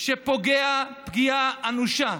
שפוגע פגיעה אנושה,